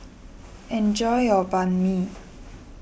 enjoy your Banh Mi